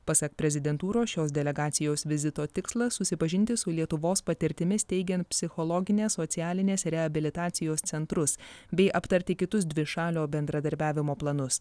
pasak prezidentūros šios delegacijos vizito tikslas susipažinti su lietuvos patirtimi steigiant psichologinės socialinės reabilitacijos centrus bei aptarti kitus dvišalio bendradarbiavimo planus